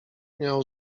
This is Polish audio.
miał